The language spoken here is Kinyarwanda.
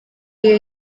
iyo